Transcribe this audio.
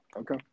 Okay